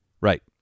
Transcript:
Right